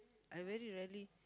I very rarely